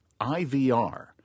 IVR